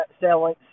selling